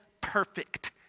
perfect